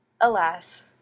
alas